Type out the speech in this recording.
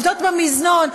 עובדות במזנון,